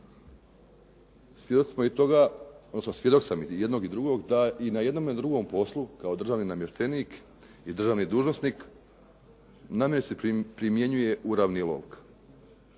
svjedok sam i jednog i drugog, da i na jednom i drugom poslu kao državni namještenik i državni dužnosnik, na meni se primjenjuje …/Govornik